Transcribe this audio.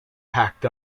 packed